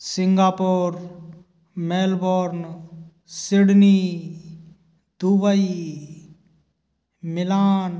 Singapore Melbourne Sydney Dubai Milan